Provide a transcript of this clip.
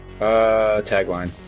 tagline